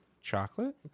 chocolate